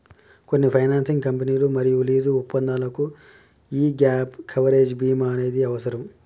కొన్ని ఫైనాన్సింగ్ కంపెనీలు మరియు లీజు ఒప్పందాలకు యీ గ్యేప్ కవరేజ్ బీమా అనేది అవసరం